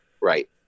Right